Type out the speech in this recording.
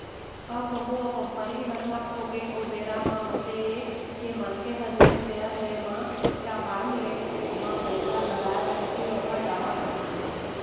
अउ कहूँ ओ कंपनी ह ठप होगे ओ बेरा म होथे ये के मनखे ह जेन सेयर ले म या बांड ले म पइसा लगाय रहिथे ओहा जावत रहिथे